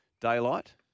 Daylight